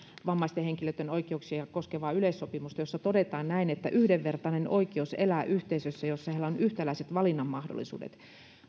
vammaisten henkilöiden oikeuksia koskevaa yleissopimusta jossa todetaan näin yhdenvertainen oikeus elää yhteisössä jossa heillä on yhtäläiset valinnanmahdollisuudet